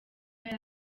yari